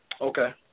Okay